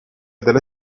delle